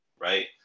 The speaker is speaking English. right